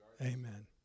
Amen